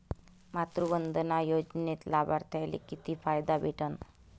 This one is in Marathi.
मातृवंदना योजनेत लाभार्थ्याले किती फायदा भेटन?